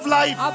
life